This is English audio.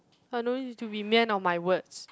I don't need to be man of my words